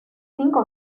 cinco